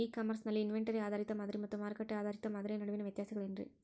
E commerce ನಲ್ಲಿ inventory ಆಧಾರಿತ ಮಾದರಿ ಮತ್ತ ಮಾರುಕಟ್ಟೆ ಆಧಾರಿತ ಮಾದರಿಯ ನಡುವಿನ ವ್ಯತ್ಯಾಸಗಳೇನ ರೇ?